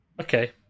Okay